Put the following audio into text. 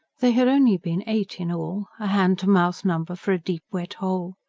they had only been eight in all a hand-to-mouth number for a deep wet hole.